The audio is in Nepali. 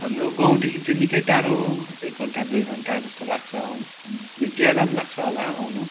हाम्रो गाउँदेखि चाहिँ निकै टाडो हो एक घन्टा दुई घन्टा जस्तो लाग्छ आउनु ज्यादा पनि लाग्छ होला आउनु